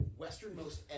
Westernmost